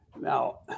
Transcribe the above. Now